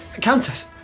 Countess